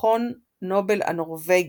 במכון נובל הנורווגי,